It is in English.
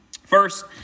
First